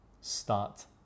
start